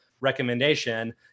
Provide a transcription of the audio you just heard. recommendation